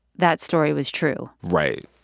that story was true right.